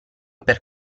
per